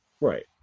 Right